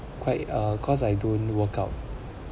quite ah cause I don't workout